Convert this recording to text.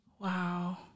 Wow